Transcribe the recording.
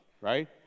right